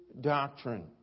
doctrine